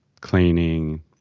cleaning